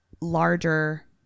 larger